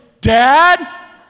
dad